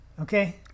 Okay